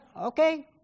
okay